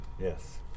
Yes